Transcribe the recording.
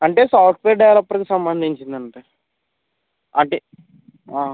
అంటే సాఫ్ట్వేర్ డెవలపర్కి సంబంధించింది అంతే అంటే